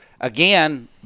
again